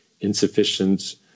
insufficient